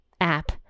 app